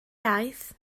aeth